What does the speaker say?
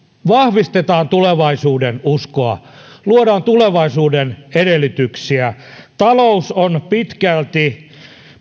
vahvistetaan tulevaisuudenuskoa ja luodaan tulevaisuuden edellytyksiä talous on pitkälti